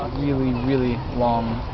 ah really, really long